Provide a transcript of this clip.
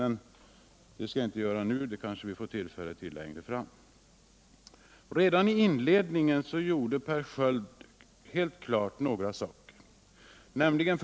Men det skall jag inte göra nu, det kanske vi får tillfälle till längre fram.